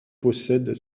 possède